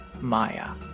Maya